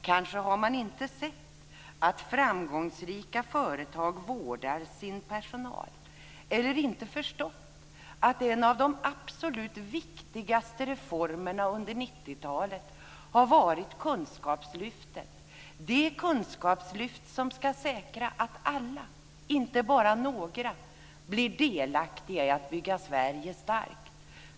Kanske har man inte sett att framgångsrika företag vårdar sin personal eller inte förstått att en av de absolut viktigaste reformerna under 90-talet har varit Kunskapslyftet - det kunskapslyft som ska säkra att alla, inte bara några, blir delaktiga i att bygga Sverige starkt.